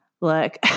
look